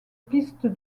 piste